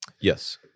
Yes